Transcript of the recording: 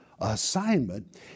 assignment